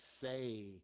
say